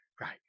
Right